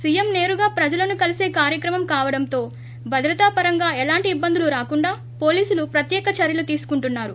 CM నేరుగా ప్రజలను కలిసే కార్యక్రమం కావడంతో భద్రతాపరంగా ఎలాంటి ఇబ్బందులు రాకుండా పోలీసులు ప్రత్యేక చర్యలు తీసుకుంటున్నారు